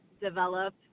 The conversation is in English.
develop